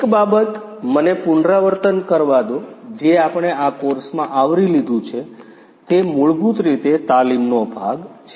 એક બાબત મને પુનરાવર્તન કરવા દો જે આપણે આ કોર્સમાં આવરી લીધું છે તે મૂળભૂત રીતે તાલીમનો ભાગ છે